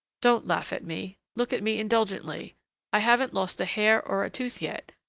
don't laugh at me look at me indulgently i haven't lost a hair or a tooth yet.